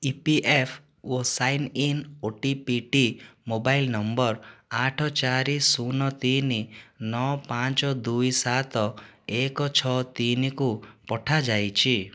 EPFO sign in ଓଟିପିଟି mobile number ଆଠ ଚାରି ଶୂନ ତିନି ନଅ ପାଞ୍ଚ ଦୁଇ ସାତ ଏକ ଛଅ ତିନିକୁ ପଠାଯାଇଛି